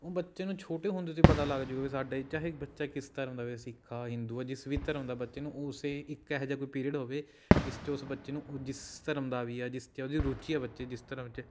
ਉਹ ਬੱਚੇ ਨੂੰ ਛੋਟੇ ਹੁੰਦੇ ਤੋ ਹੀ ਪਤਾ ਲੱਗ ਜੂਗਾ ਵੀ ਸਾਡੇ ਚਾਹੇ ਬੱਚਾ ਕਿਸ ਧਰਮ ਦਾ ਵੀ ਆ ਸਿੱਖ ਆ ਹਿੰਦੂ ਆ ਜਿਸ ਵੀ ਧਰਮ ਦਾ ਬੱਚੇ ਨੂੰ ਉਸ ਇੱਕ ਇਹੋ ਜਿਹਾ ਕੋਈ ਪੀਰੀਅਡ ਹੋਵੇ ਜਿਸ 'ਚ ਉਸ ਬੱਚੇ ਨੂੰ ਉਹ ਜਿਸ ਧਰਮ ਦਾ ਵੀ ਆ ਜਿਸ 'ਚ ਉਹਦੀ ਰੁਚੀ ਆ ਬੱਚੇ ਦੀ ਜਿਸ ਧਰਮ 'ਚ